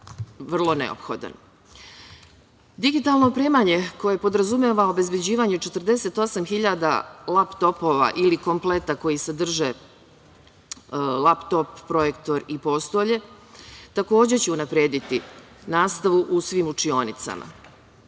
opremanje koje podrazumeva obezbeđivanje 48.000 laptopova ili kompleta koji sadrže laptop, projektor i postolje takođe će unaprediti nastavu u svim učionicama.